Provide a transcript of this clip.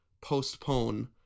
postpone